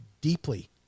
deeply